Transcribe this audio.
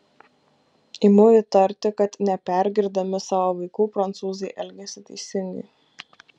imu įtarti kad nepergirdami savo vaikų prancūzai elgiasi teisingai